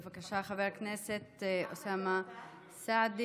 בבקשה, חבר הכנסת אוסאמה סעדי,